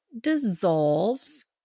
dissolves